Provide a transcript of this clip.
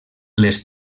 les